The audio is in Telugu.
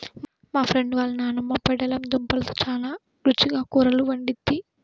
మా ఫ్రెండు వాళ్ళ నాన్నమ్మ పెండలం దుంపలతో చాలా రుచిగా కూరలు వండిద్ది